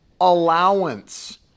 allowance